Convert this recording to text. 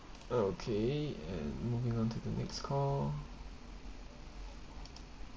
okay and moving on to the next call